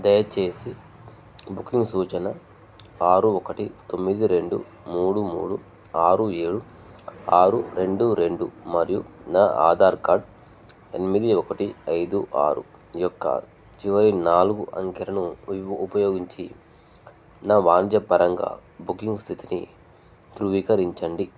దయచేసి బుకింగ్ సూచన ఆరు ఒకటి తొమ్మిది రెండు మూడు మూడు ఆరు ఏడు ఆరు రెండు రెండు మరియు నా ఆధార్ కార్డ్ ఎనిమిది ఒకటి ఐదు ఆరు యొక్క చివరి నాలుగు అంకెలను ఉపయో ఉపయోగించి నా వాణిజ్యపరంగా బుకింగ్ స్థితిని ధృవీకరించండి